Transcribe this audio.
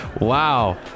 Wow